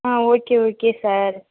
ah okay okay sir